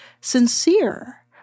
sincere